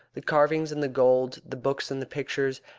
the carvings and the gold, the books and the pictures,